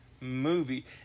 movie